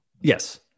Yes